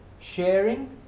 Sharing